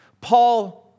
Paul